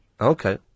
Okay